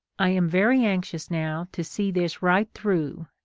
i am very anxious now to see this right through,